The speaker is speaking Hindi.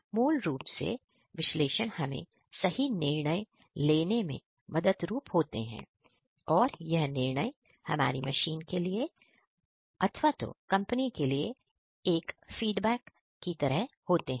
मूल रूप से या विश्लेषण हमें सही निर्णय लेने के लिए मदद रूप होते हैं और यह निर्णय हमारी मशीन के लिए अथवा तो कंपनी के मैनेजमेंट के लिए फीडबैक होते हैं